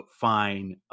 fine